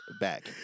back